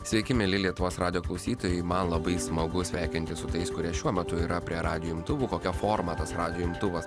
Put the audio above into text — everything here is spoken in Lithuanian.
sveiki mieli lietuvos radijo klausytojai man labai smagu sveikintis su tais kurie šiuo metu yra prie radijo imtuvų kokia forma tas radijo imtuvas